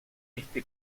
este